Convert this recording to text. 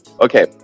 okay